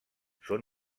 són